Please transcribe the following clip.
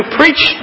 preach